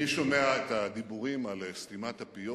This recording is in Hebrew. אני שומע את הדיבורים על סתימת הפיות.